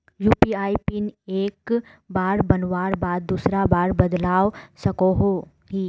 UPI PIN एक बार बनवार बाद दूसरा बार बदलवा सकोहो ही?